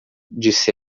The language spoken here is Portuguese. disse